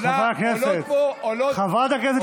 עולות פה --- חברי הכנסת,